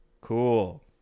cool